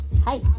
Hi